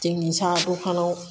जोंनि साहा दखानाव